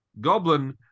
goblin